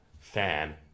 fan